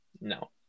no